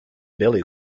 billy